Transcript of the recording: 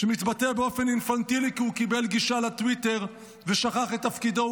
שמתבטא באופן אינפנטילי כי הוא קיבל גישה לטוויטר ושכח את תפקידו,